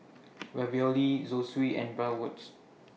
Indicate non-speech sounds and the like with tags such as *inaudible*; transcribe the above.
*noise* Ravioli Zosui and Bratwurst